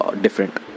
different